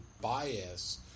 bias